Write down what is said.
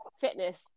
fitness